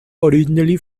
originally